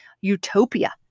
utopia